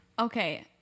Okay